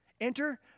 Enter